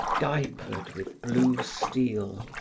diapered with blue steel,